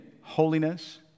holiness